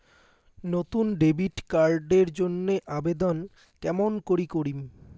নতুন debit card এর জন্যে আবেদন কেমন করি করিম?